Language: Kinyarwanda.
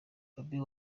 bobi